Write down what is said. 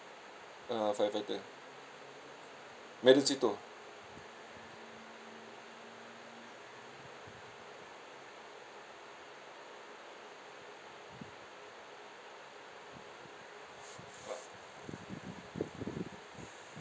uh firefighter madam szeto